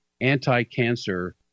anti-cancer